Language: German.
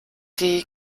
die